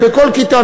בכל כיתה,